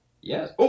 Yes